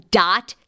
dot